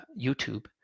YouTube